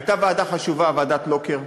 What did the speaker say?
הייתה ועדה חשובה, ועדת לוקר,